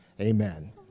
Amen